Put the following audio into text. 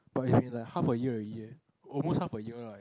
but it is like half a year already leh almost half a year right